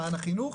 מעיין החינוך,